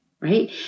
Right